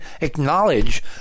acknowledge